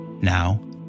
now